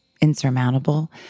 insurmountable